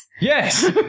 Yes